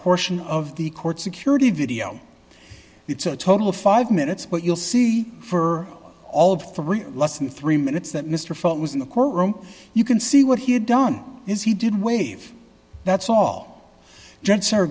portion of the court security video it's a total of five minutes but you'll see for all of for less than three minutes that mr felt was in the courtroom you can see what he had done is he didn't wave that's all gents or